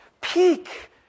peak